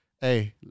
Hey